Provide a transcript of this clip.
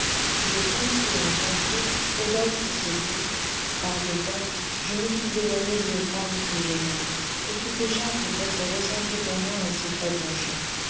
de pensée en pensée rodolphe se dit par devoir je me suis éloigné d'une femme que j'aimais et qui déjà peut-être ressentait pour moi un secret penchant